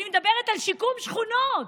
אני מדברת על שיקום שכונות,